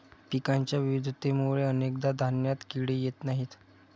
पिकांच्या विविधतेमुळे अनेकदा धान्यात किडे येत नाहीत